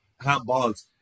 handballs